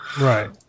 right